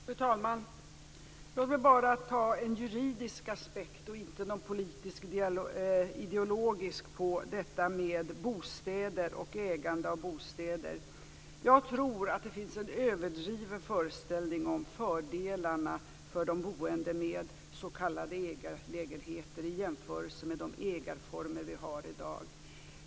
Fru talman! Låt mig bara ta en juridisk aspekt och inte någon politisk eller ideologisk på detta med bostäder och ägande av bostäder. Jag tror att det finns en överdriven föreställning om fördelarna för de boende med s.k. ägarlägenheter i jämförelse med de ägarformer vi har i dag.